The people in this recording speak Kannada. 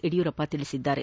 ಯಡಿಯೂರಪ್ಪ ತಿಳಿಸಿದ್ದಾರೆ